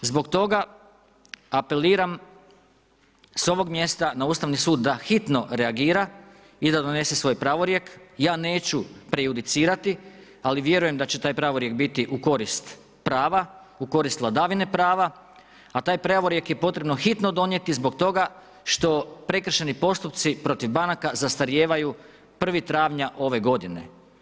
Zbog tog apeliram sa ovog mjesta na Ustavni sud da hitno reagira i da donese svoj pravorijek, ja neću preeducirati, ali vjerujem da će taj pravorijek biti u korist prava, u korist vladavine prava, a taj pravorijek je potrebno hitno donijeti, zbog toga što prekršajni postupci protiv banaka zastarijevaju 1.4. ove godine.